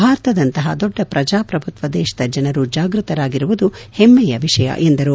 ಭಾರತದಂತಹ ದೊಡ್ಡ ಪ್ರಜಾಪ್ರಭುತ್ವ ದೇಶದ ಜನರು ಜಾಗೃತರಾಗಿರುವುದು ಹೆಮ್ಮೆಯ ವಿಷಯ ಎಂದರು